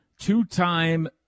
two-time